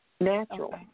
natural